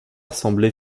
semblait